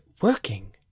working